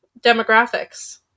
Demographics